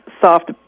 soft